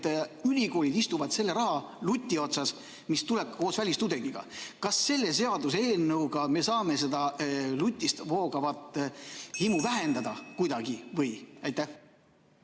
et ülikoolid istuvad selle rahaluti otsas, mis tuleb koos välistudengitega. Kas selle seaduseelnõuga me saame kuidagi seda lutist voogavat himu vähendada? Suur aitäh,